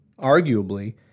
arguably